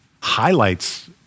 highlights